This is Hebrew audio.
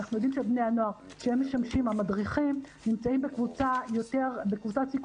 אנחנו יודעים שבני הנוער שהם המדריכים נמצאים בקבוצת סיכון